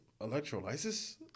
electrolysis